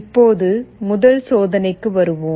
இப்போது முதல் சோதனைக்கு வருவோம்